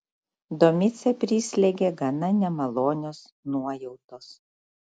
domicę prislėgė gana nemalonios nuojautos